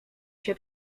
się